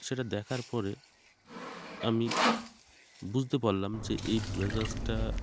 সেটা দেখার পরে আমি বুঝতে পারলাম যে এই ব্লেজারটা